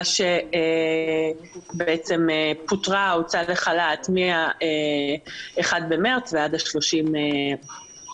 קבוצה שפוטרה או הוצאה לחל"ת מה-1 במרץ ועד ה-30 באפריל,